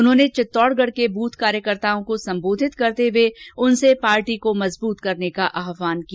उन्होंने चित्तौड़गढ के बूथ कार्यकर्ताओं को सम्बोधित करते हुए उनसे पार्टी को मजबूत करने का आह्वान किया